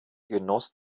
genoss